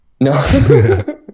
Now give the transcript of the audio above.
No